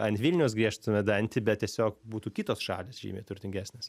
ant vilniaus griežtume dantį bet tiesiog būtų kitos šalys žymiai turtingesnės